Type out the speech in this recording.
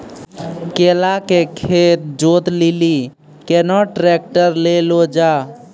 केला के खेत जोत लिली केना ट्रैक्टर ले लो जा?